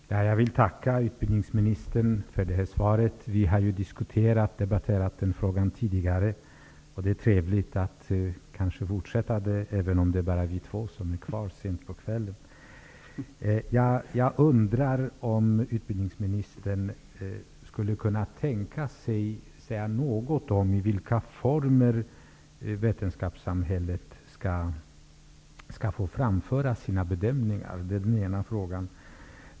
Herr talman! Jag vill tacka utbildningsministern för svaret. Vi har ju diskuterat och debatterat den här frågan tidigare. Det är trevligt att fortsätta med det, även om det bara är vi två som är kvar sent på kvällen. Jag undrar om utbildningsministern skulle kunna säga något om i vilka former vetenskapssamhället skall få framföra sina bedömningar. Det är den ena frågan.